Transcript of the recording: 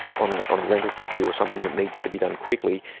on ah on a rental property or something that needs to be done quickly,